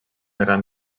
gran